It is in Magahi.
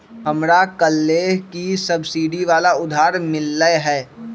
हमरा कलेह ही सब्सिडी वाला उधार मिल लय है